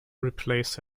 replace